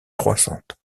croissante